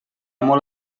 molt